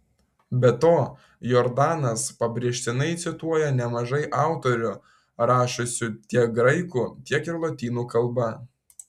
be to jordanas pabrėžtinai cituoja nemažai autorių rašiusių tiek graikų tiek ir lotynų kalba